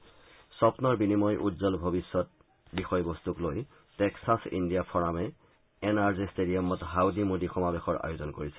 স্থগ্নৰ বিনিময় উজ্জ্বল ভৱিষ্যৎ বিষয় বস্তুক লৈ টেক্সাছ ইণ্ডিয়া ফৰামে এন আৰ জি ট্টেডিয়ামত হাউদি মোদী সমাৱেশৰ আয়োজন কৰিছিল